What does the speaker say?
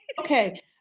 okay